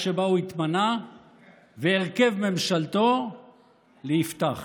שבה הוא התמנה והרכב ממשלתו ליפתח.